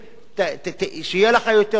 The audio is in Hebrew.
שיהיה לך יותר חובות.